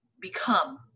become